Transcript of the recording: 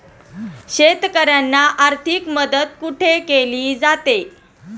शेतकऱ्यांना आर्थिक मदत कुठे केली जाते?